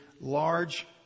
large